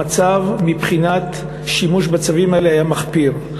המצב מבחינת השימוש בצווים האלה היה מחפיר.